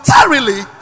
Voluntarily